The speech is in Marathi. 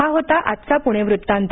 हा होता आजचा पुणे वृत्तांत